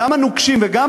גם הנוקשים וגם